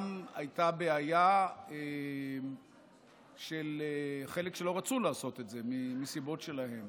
גם הייתה בעיה של חלק שלא רצו לעשות את זה מסיבות שלהם.